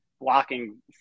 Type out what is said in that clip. blocking